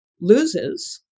loses